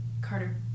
Carter